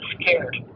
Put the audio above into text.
scared